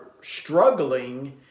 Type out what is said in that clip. struggling